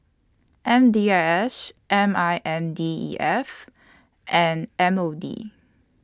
M D I S M I N D E F and M O D